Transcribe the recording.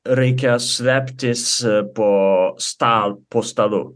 reikia slėptis po stal po stalu